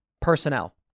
personnel